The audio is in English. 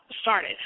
started